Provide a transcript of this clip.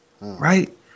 right